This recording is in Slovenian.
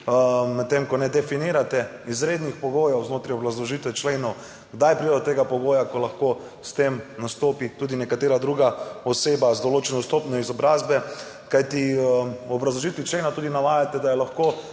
ko ne definirate izrednih pogojev znotraj obrazložitve členov, kdaj pride do tega pogoja, ko lahko s tem nastopi tudi neka druga oseba z določeno stopnjo izobrazbe … Kajti v obrazložitvi člena tudi navajate, da je lahko